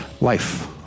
life